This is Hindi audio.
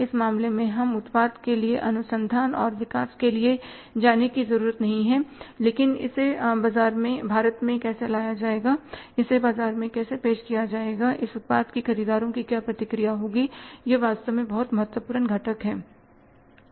उस मामले में हमें उत्पाद के लिए अनुसंधान और विकास के लिए जाने की जरूरत नहीं है लेकिन इसे भारत में कैसे लाया जाएगा इसे बाजार में कैसे पेश किया जाएगा इस उत्पाद के खरीदारों की क्या प्रतिक्रिया होगी यह वास्तव में बहुत महत्वपूर्ण घटक हैं